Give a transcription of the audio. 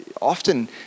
often